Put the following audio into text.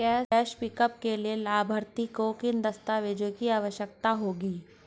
Cash pickup के लिए लाभार्थी को किन दस्तावेजों की आवश्यकता होगी?